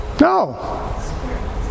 No